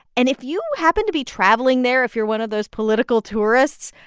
and if you happen to be traveling there, if you're one of those political tourists,